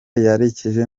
yerekeje